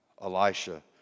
Elisha